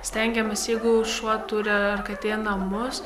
stengiamės jeigu šuo turi ar katė namus